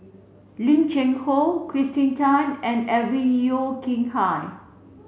Lim Cheng Hoe Kirsten Tan and Alvin Yeo Khirn Hai